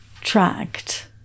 tracked